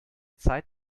zeit